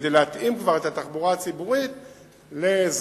כדי להתאים כבר את התחבורה הציבורית לזמני,